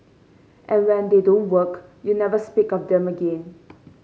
and when they don't work you never speak of them again